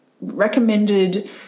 recommended